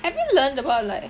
have you learned about like